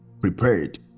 prepared